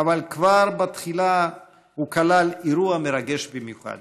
אבל כבר בתחילה הוא כלל אירוע מרגש במיוחד.